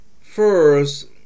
first